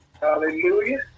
Hallelujah